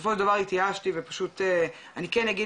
בסופו של דבר התייאשתי ופשוט אני כן אגיד